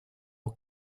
los